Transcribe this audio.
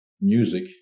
music